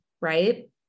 right